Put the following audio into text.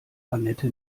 anette